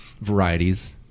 varieties